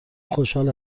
خوشحال